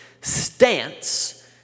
stance